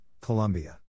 Colombia